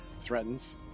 Threatens